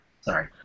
Sorry